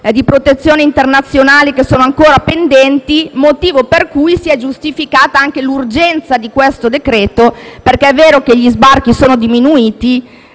di protezione internazionale ancora pendenti, motivo per cui si è giustificata anche l'urgenza di questo decreto perché, se è vero che gli sbarchi sono diminuiti